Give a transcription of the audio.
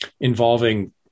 involving